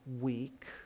week